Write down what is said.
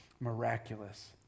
miraculous